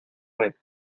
red